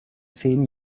zehn